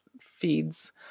feeds